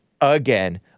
again